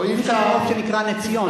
אין תערובת שנקראת נציון.